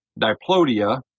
diplodia